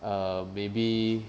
uh maybe